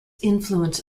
influence